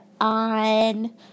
on